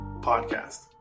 podcast